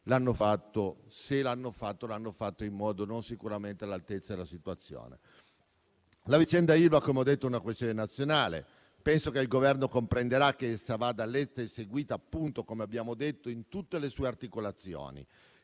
se l'hanno fatto lo hanno fatto in modo sicuramente non all'altezza della situazione. La vicenda Ilva, come ho detto, è una questione nazionale. Penso che il Governo comprenderà che essa va letta e seguita, come abbiamo detto, in tutte le sue articolazioni.